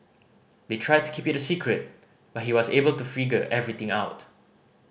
they tried to keep it a secret but he was able to figure everything out